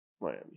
Miami